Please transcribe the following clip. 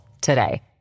today